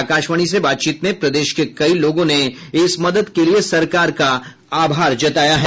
आकाशवाणी से बातचीत में प्रदेश के कई लोगों ने इस मदद के लिए सरकार का आभार जताया है